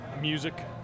music